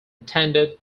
tended